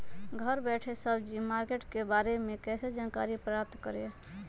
घर बैठे सब्जी मार्केट के बारे में कैसे जानकारी प्राप्त करें?